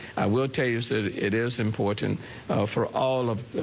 i will tell you is that it is important for all of